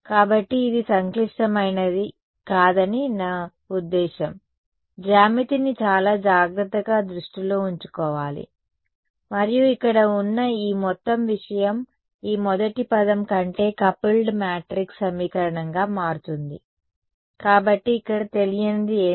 కాబట్టి ఇది సంక్లిష్టమైనది కాదని నా ఉద్దేశ్యం జ్యామితిని చాలా జాగ్రత్తగా దృష్టిలో ఉంచుకోవాలి మరియు ఇక్కడ ఉన్న ఈ మొత్తం విషయం ఈ మొదటి పదం కంటే కపుల్డ్ మ్యాట్రిక్స్ సమీకరణంగా మారుతుంది కాబట్టి ఇక్కడ తెలియనిది ఏమిటి